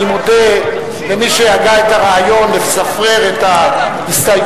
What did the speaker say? אני מודה למי שהגה את הרעיון לספרר את ההסתייגויות,